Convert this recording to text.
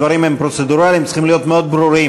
הדברים הם פרוצדורליים, צריכים להיות מאוד ברורים.